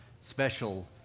special